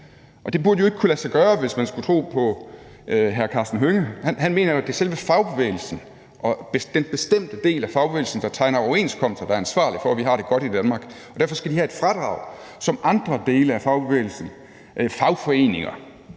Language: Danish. Det burde jo ikke kunne lade sig gøre, hvis man skulle tro hr. Karsten Hønge. Han mener jo, at det er selve fagbevægelsen og den bestemte del af fagbevægelsen, der tegner overenskomster, der er ansvarlig for, at vi har det godt i Danmark. Derfor skal de have et fradrag, som andre dele af fagbevægelsen,